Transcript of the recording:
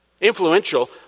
Influential